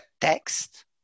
text